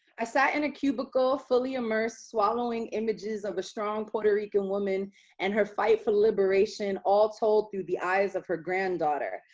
i sat in a cubicle, fully immersed, swallowing images of a strong puerto rican woman and her fight for liberation all told, through the eyes of her granddaughter.